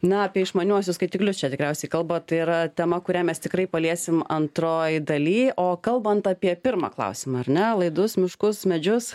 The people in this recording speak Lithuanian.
na apie išmaniuosius skaitiklius čia tikriausiai kalba tai yra tema kurią mes tikrai paliesim antroj daly o kalbant apie pirmą klausimą ar ne laidus miškus medžius